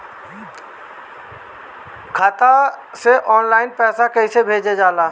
खाता से ऑनलाइन पैसा कईसे भेजल जाई?